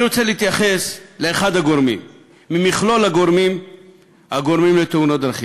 אני רוצה להתייחס לאחד ממכלול הגורמים לתאונות דרכים.